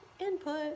input